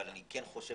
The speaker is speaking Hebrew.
אבל אני חושב